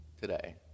today